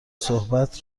صحبت